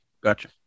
Gotcha